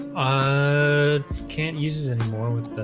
i can't use it anymore with